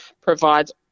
provides